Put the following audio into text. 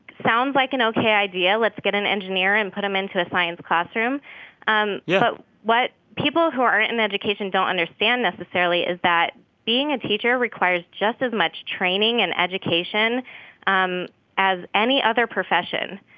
sounds like an ok idea. let's get an engineer and put them into a science classroom um yeah but what people who aren't in education don't understand necessarily is that being a teacher requires just as much training and education um as any other profession.